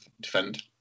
defend